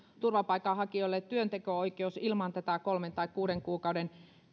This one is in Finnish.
turvapaikanhakijoille työnteko oikeus ilman tätä kolmen tai kuuden kuukauden